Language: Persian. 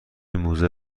موزه